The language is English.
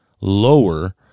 lower